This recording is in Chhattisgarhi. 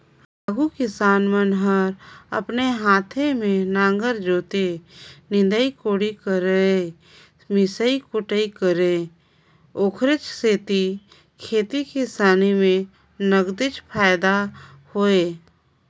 आघु किसान मन हर अपने हाते में नांगर जोतय, निंदई कोड़ई करयए मिसई कुटई करय ओखरे सेती खेती किसानी में नगदेच फायदा होय